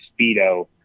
Speedo